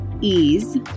ease